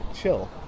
chill